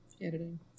editing